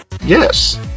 Yes